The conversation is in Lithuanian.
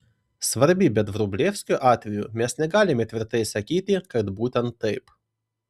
svarbi bet vrublevskio atveju mes negalime tvirtai sakyti kad būtent taip